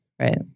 Right